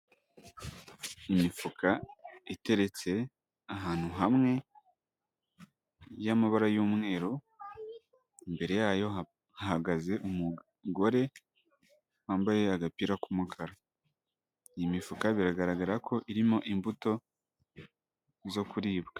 Imifuka iteretse ahantu hamwe y'amabara y'umweru, imbere yayo hahagaze umugore wambaye agapira k'umukara, iyi mifuka biragaragara ko irimo imbuto zo kuribwa.